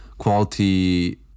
quality